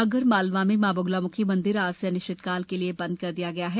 आगर मालवा में माँ बगलामुखी मंदिर आज से अनिश्चितकाल के लिये बंद कर दिया गया है